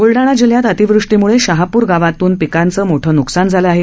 ब्लडाणा जिल्ह्यात अतिवृष्टीमुळे शहापूर गावातून पिकांचं मोठं न्कसान झालं आहे